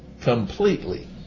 completely